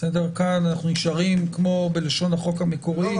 כאן אנחנו נשארים בלשון החוק המקורית,